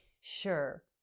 sure